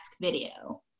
video